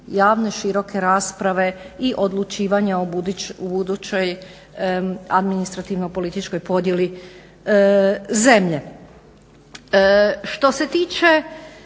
javne široke rasprave i odlučivanja u budućoj administrativno političkoj podjeli zemlje.